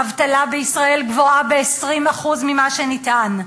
האבטלה בישראל גבוהה ב-20% ממה שנטען,